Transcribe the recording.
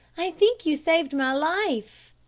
i think you saved my life.